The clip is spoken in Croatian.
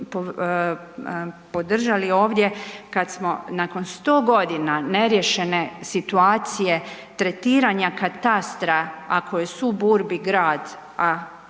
Hvala vam